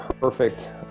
perfect